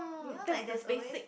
do you know like there's always